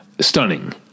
stunning